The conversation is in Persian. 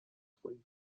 کنیم